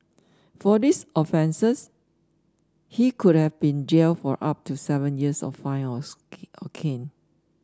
for his offences he could have been jailed for up to seven years or fined or caned